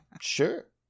sure